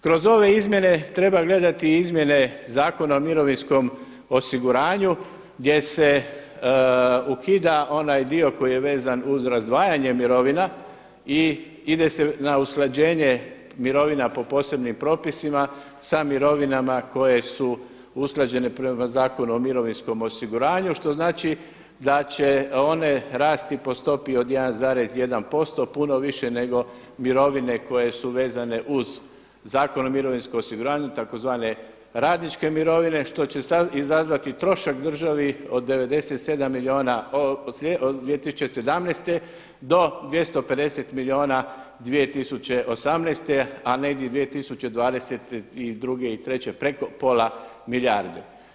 Kroz ove izmjene treba gledati i izmjene Zakona o mirovinskom osiguranju gdje se ukida onaj dio koji je vezan uz razdvajanje mirovina i ide se na usklađenje mirovina po posebnim propisima sa mirovinama koje su usklađene prema Zakonu o mirovinskom osiguranju što znači da će one rasti po stopi od 1,1% puno više nego mirovine koje su vezane uz Zakon o mirovinskom osiguranju tzv. radničke mirovine što će izazvati trošak državi od 97 milijuna od 2017. do 250 milijuna 2018. a negdje 2022. i treće preko pola milijarde.